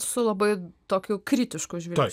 su labai tokiu kritišku žvilgsniu